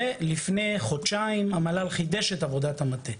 לפני חודשיים המל"ל חידש את עבודת המטה,